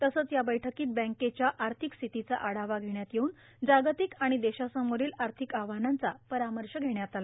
तसंच या बैठकीत बँकेच्या आर्थिक स्थितीचा आढावा घेण्यात येवून जागतिक आणि देशासमोरील आर्थिक आव्हानांचा परामर्श घेण्यात आला